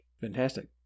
Fantastic